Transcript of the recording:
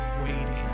waiting